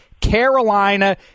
Carolina